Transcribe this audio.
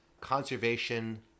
conservation